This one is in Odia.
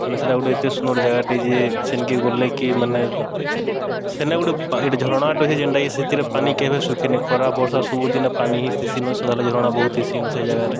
ମାନେ ସେଟା ଗୋଟେ ଏତେ ସୁନ୍ଦର୍ ଜାଗାଟେ ଯେ ସେନ୍କେ ଗଲେ କି ମାନେ ସେନେ ଗୁଟେ ଏ ଝରଣାଟେ ଅଛେ ଯେନ୍ଟାକି ସେଥିରେ ପାନି କେଭେ ସୁଖେନି ଖରା ବର୍ଷା ସବୁଦିନେ ପାନି ହିଁ ତିଶିନ ସଦାବେଳେ ଝରଣା ବହୁତ ଥିଶିନ ସେ ଜାଗାରେ